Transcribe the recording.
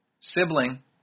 sibling